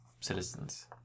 citizens